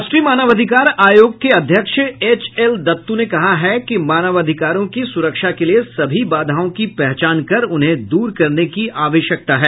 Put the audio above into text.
राष्ट्रीय मानवाधिकार आयोग के अध्यक्ष एच एल दत्तू ने कहा है कि मानवाधिकारों की सुरक्षा के लिये सभी बाधाओं की पहचान कर उन्हें दूर करने की आवश्यकता है